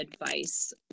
advice